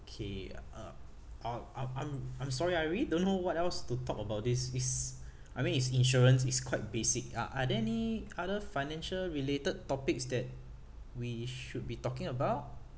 okay uh uh I'm I'm I'm sorry I really don't know what else to talk about this is I mean it's insurance it's quite basic uh are there any other financial related topics that we should be talking about